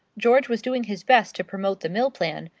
george was doing his best to promote the mill plan,